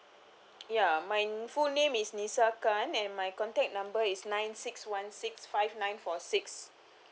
ya my full name is lisa kan and my contact number is nine six one six five nine four six